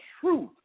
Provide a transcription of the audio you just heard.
truth